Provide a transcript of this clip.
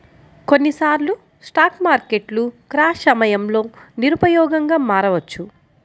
కొన్నిసార్లు స్టాక్ మార్కెట్లు క్రాష్ సమయంలో నిరుపయోగంగా మారవచ్చు